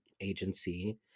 agency